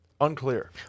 Unclear